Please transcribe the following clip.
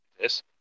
Yes